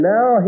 Now